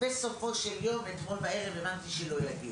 בסופו של יום, אתמול בערב הבנתי שלא יגיעו,